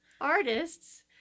artists